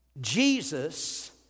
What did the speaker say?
Jesus